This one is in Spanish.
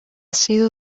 sido